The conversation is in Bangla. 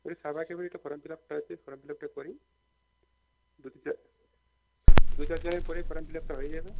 ওই সাইবার ক্যাফেতে ফর্ম ফিলাপটা আছে ফর্ম ফিলাপটা করি দুই চার জনের পরেই ফর্ম ফিলাপটা হয়ে যাবে